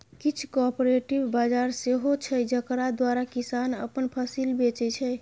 किछ कॉपरेटिव बजार सेहो छै जकरा द्वारा किसान अपन फसिल बेचै छै